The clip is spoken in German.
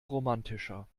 romantischer